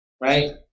Right